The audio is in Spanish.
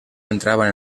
entraba